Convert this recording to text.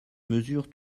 mesures